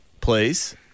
please